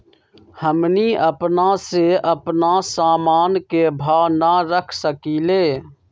हमनी अपना से अपना सामन के भाव न रख सकींले?